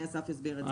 אסף יסביר את זה.